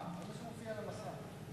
מופיע על המסך.